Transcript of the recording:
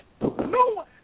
no